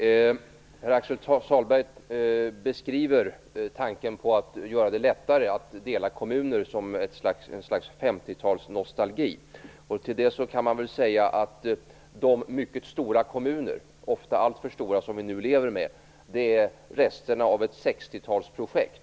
Fru talman! Pär-Axel Sahlberg beskriver tanken på att göra det lättare att dela kommuner som ett slags 50-talsnostalgi. Till det kan man väl säga att de mycket stora kommuner - ofta alltför stora - som vi nu lever med är resterna av ett 60-talsprojekt.